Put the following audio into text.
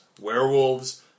werewolves